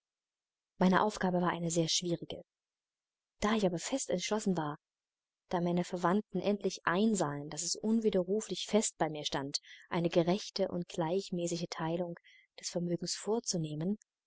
meine aufgabe war eine sehr schwierige da ich aber fest entschlossen war da meine verwandten endlich einsahen daß es unwiderruflich fest bei mir stand eine gerechte und gleichmäßige teilung des vermögens vorzunehmen